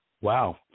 Wow